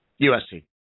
USC